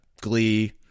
glee